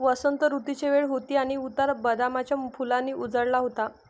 वसंत ऋतूची वेळ होती आणि उतार बदामाच्या फुलांनी उजळला होता